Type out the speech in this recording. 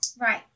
Right